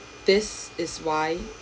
this is why